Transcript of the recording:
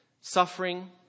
suffering